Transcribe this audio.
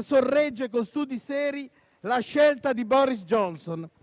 sorregge con studi seri la scelta di Boris Johnson,